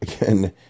again